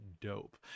dope